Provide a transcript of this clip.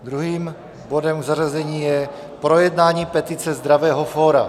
Druhým bodem k zařazení je projednání petice Zdravého fóra.